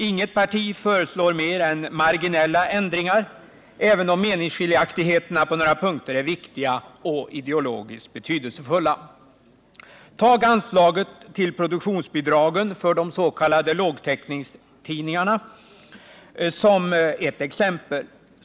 Inget parti föreslår mer än marginella ändringar, även om meningsskiljaktigheterna på några punkter är viktiga och ideologiskt betydelsefulla. Ta anslaget till produktionsbidragen för s.k. lågtäckningstidningar som exempel!